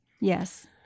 Yes